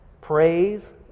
Praise